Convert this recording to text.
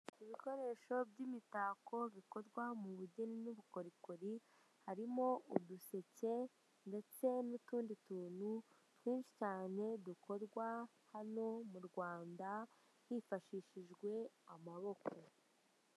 Ibikoresho by'imitako bikorwa mu bugeni n'ubukorikori harimo uduseke, ndetse n'utundi tuntu twinshi cyane dukorwa hano mu rwanda hifashishijwe amaboko.